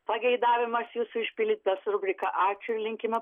pageidavimas jūsų išpildytas rubrika ačiū ir linkime